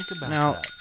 Now